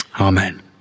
Amen